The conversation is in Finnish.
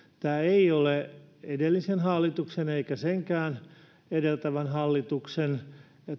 tämä ei ole edellisen hallituksen eikä sitäkään edeltävän hallituksen